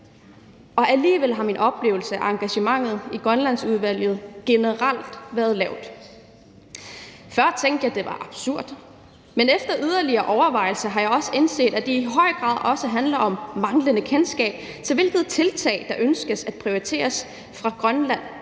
og alligevel har min oplevelse af engagementet i Grønlandsudvalget været, at det generelt har været lavt. Før tænkte jeg, at det var absurd, men efter yderligere overvejelser har jeg indset, at det i høj grad også handler om manglende kendskab til, hvilke tiltag der ønskes og prioriteres fra Grønlands